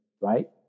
right